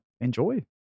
enjoy